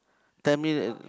tell me